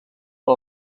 per